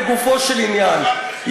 לגופו של עניין,